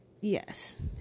yes